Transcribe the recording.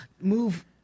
move